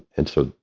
and so,